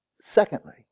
Secondly